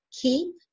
Keep